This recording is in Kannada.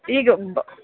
ಈಗ ಬ್